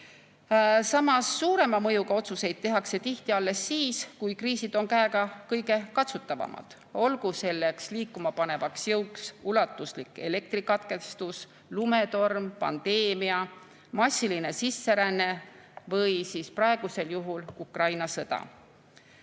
suurema mõjuga otsuseid tehakse tihti alles siis, kui kriisid on käegakatsutavad, olgu selleks liikumapanevaks jõuks ulatuslik elektrikatkestus, lumetorm, pandeemia, massiline sisseränne või siis praegusel juhul Ukraina